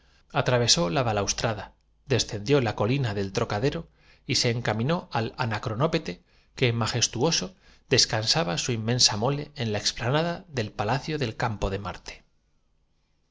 atravesó la balaustrada descendió la colina del trocadero y se encaminó al anacronópete que majestuoso descansaba su inmensa mole en la explanada del palacio del campo de marte